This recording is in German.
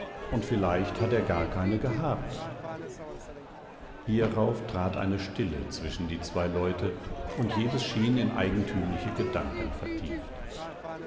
und vielleicht hat er gar keine gehabt hierauf trat eine stille zwischen die zwei leute und jedes schien in eigentümliche gedanken vertieft